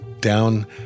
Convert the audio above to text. down